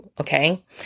okay